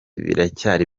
biracyari